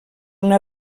una